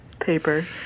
paper